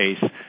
case